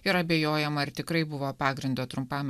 ir abejojama ar tikrai buvo pagrindo trumpam